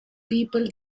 people